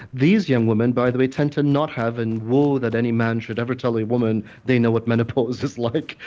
these young women, by the way, tend to not have, and woe that any man should ever tell a woman they know what menopause is like,